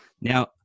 Now